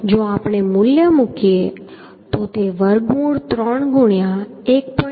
જો આપણે મૂલ્ય મૂકીએ તો તે વર્ગમૂળ 3 ગુણ્યા 1